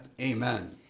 Amen